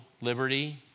liberty